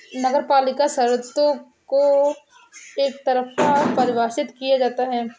नगरपालिका द्वारा शर्तों को एकतरफा परिभाषित किया जाता है